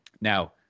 Now